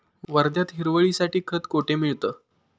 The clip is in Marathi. वर्ध्यात हिरवळीसाठी खत कोठे मिळतं?